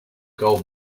gold